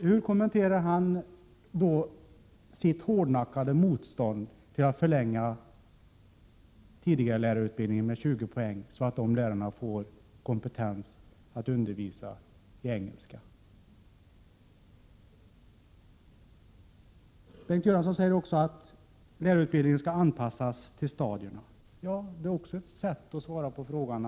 Hur kommenterar han då sitt hårdnackade motstånd mot att förlänga tidigarelärarutbildningen med 20 poäng, så att de lärarna får kompetens att undervisa i engelska? Bengt Göransson säger också att lärarutbildningen skall anpassas till stadierna. Det är också ett sätt att svara på frågan.